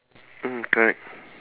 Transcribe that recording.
mmhmm correct